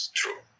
true